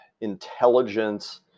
intelligence